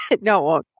No